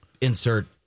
insert